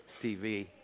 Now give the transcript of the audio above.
TV